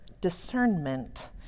discernment